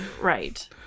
right